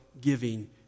giving